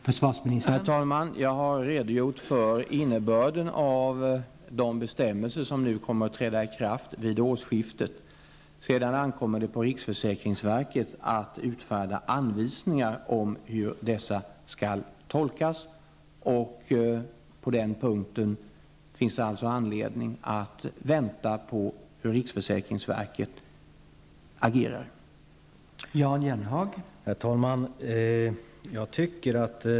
Herr talman! Jag har redogjort för innebörden i de bestämmelser som kommer att träda kraft vid årsskiftet. Sedan ankommer det på riksförsäkringsverket att utfärda anvisningar om hur bestämmelserna skall tolkas. På den punkten finns det anledning att vänta och se hur riksförsäkringsverket agerar.